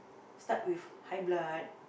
start with high blood